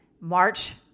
March